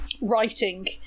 writing